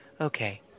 okay